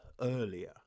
earlier